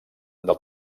del